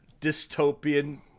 dystopian